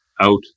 out